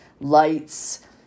lights